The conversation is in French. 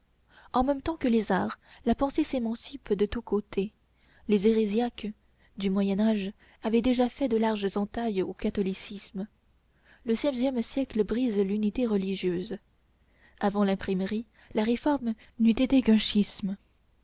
en même temps que les arts la pensée s'émancipe de tous côtés les hérésiarques du moyen âge avaient déjà fait de larges entailles au catholicisme le seizième siècle brise l'unité religieuse avant l'imprimerie la réforme n'eût été qu'un schisme